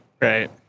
Right